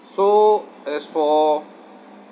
so as for